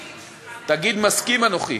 תגיד: מסכים אנוכי.